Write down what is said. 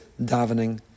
davening